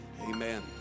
Amen